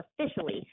officially